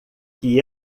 que